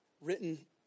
written